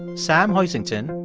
sam hoisington,